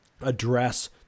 address